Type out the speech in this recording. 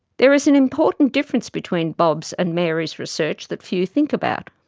there is an important difference between bob's and mary's research that few think about.